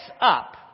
up